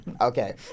Okay